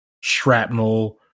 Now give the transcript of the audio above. Shrapnel